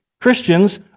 Christians